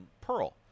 Pearl